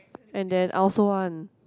and then I also want